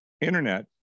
Internet